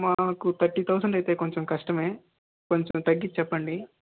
మనకు thirty thousand అయితే కొంచెం కష్టమే కొంచెం తగ్గించి చెప్పండి